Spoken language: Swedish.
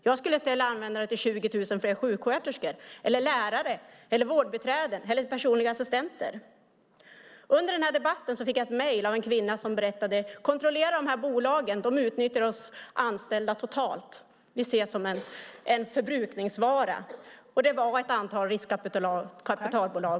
Jag skulle använda pengarna till 20 000 fler sjuksköterskor, lärare, vårdbiträden eller personliga assistenter. Nu under debatten har jag fått ett mejl från en kvinna som skriver: Kontrollera de här bolagen! De utnyttjar oss anställda totalt. Vi ses som en förbrukningsvara. Hon nämnde ett antal riskkapitalbolag.